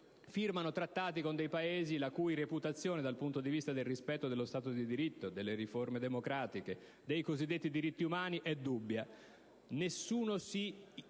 firmano Trattati con dei Paesi la cui reputazione dal punto di vista del rispetto dello Stato di diritto, delle riforme democratiche, dei cosiddetti diritti umani è dubbia. Nessuno si